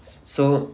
so